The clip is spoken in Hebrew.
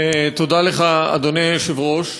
תודה לך, אדוני היושב-ראש.